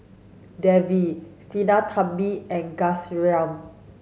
Devi Sinnathamby and Ghanshyam